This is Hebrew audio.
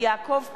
יעקב כץ,